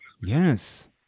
Yes